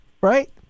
right